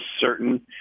certain